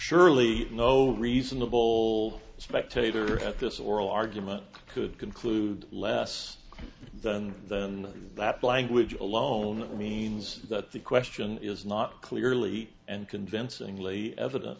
surely no reasonable spectator at this oral argument could conclude less than that and that language alone means that the question is not clearly and convincingly eviden